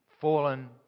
fallen